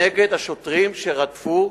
נגד השוטרים שרדפו,